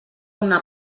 una